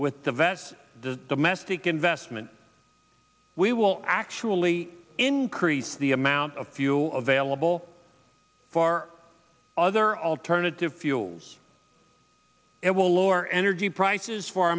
with the vets the domestic investment we will actually increase the amount of fuel available for other alternative fuels it will lower energy prices for